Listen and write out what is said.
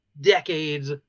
decades